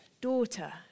daughter